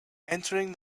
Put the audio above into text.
entering